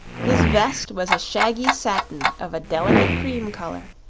his vest was a shaggy satin of a delicate cream color,